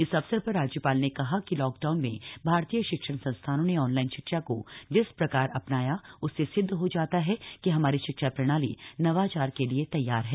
इस अवसर पर राज्यपाल ने कहा कि लॉकडाउन में भारतीय शिक्षण संस्थानों ने ऑनलाइन शिक्षा को जिस प्रकार अपनाया उससे सिद्ध हो जाता है कि हमारी शिक्षा प्रणाली नवाचार के लिए तैयार है